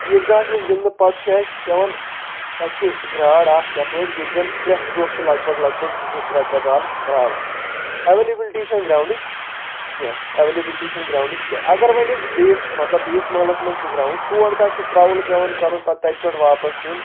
عیٖدگاہس منٛز گِنٛدنہٕ پتہٕ چھ اسہِ پٮ۪وان تتہِ چھُ گراڑ اکھ یپٲرۍ ییٚتہِ زن پرٛٮ۪تھ دۄہ چھُ لگ بگ لگ بگ زٕ زٕ ترٛےٚ ترٛےٚ بالہٕ راوان اٮ۪ویلبلٹی چھنہٕ گراونڈٕچ کینٛہہ اٮ۪ویلبلٹی چھنہٕ گراونڈٕچ کیںٛہہ اگر وۄنۍ أسۍ بیٚیِس مطلب بیٚیِس محلس منٛز چھُ گراونٛڈ تور تانۍ چھُ ٹروٕل پٮ۪وان کرُن پتہٕ تتہِ پٮ۪ٹھ واپس یُن